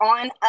on